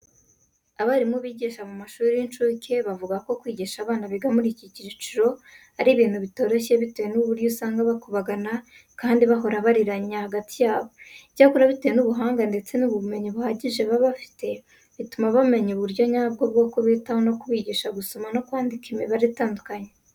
Abarimu bigisha mu mashuri y'incuke bavuga ko kwigisha abana biga muri iki cyiciro, ari ibintu bitoroshye bitewe n'uburyo usanga bakubagana kandi bahora bariranya hagati yabo. Icyakora bitewe n'ubuhanga ndetse n'ubumenyi buhagije baba bafite, bituma bamenya uburyo nyabwo bwo kubitaho no kubigisha gusoma no kwandika imibare itandukanye.